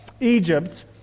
Egypt